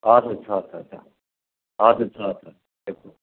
हजुर छ छ छ हजुर छ छ